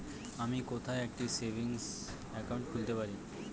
আমি কোথায় একটি সেভিংস অ্যাকাউন্ট খুলতে পারি?